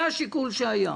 זה השיקול שהיה.